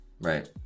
right